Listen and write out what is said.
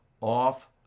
off